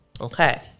Okay